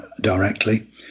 directly